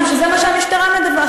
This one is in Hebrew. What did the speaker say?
משום שזה מה שהמשטרה מדווחת.